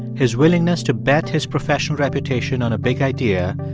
his willingness to bet his professional reputation on a big idea,